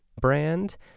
brand